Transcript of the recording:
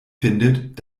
findet